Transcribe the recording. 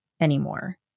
anymore